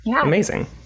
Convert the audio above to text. amazing